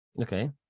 okay